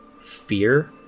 fear